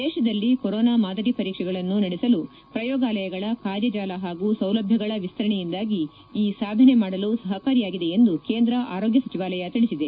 ದೇಶದಲ್ಲಿ ಕೊರೋನಾ ಮಾದರಿ ಪರೀಕ್ಷೆಗಳನ್ನು ನಡೆಸಲು ಪ್ರಯೋಗಾಲಯಗಳ ಕಾರ್ಯಜಾಲ ಹಾಗೂ ಸೌಲಭ್ಞಗಳ ವಿಸ್ತರಣೆಯಿಂದಾಗಿ ಈ ಸಾಧನೆ ಮಾಡಲು ಸಹಕಾರಿಯಾಗಿದೆ ಎಂದು ಕೇಂದ್ರ ಆರೋಗ್ಯ ಸಚಿವಾಲಯ ತಿಳಿಸಿದೆ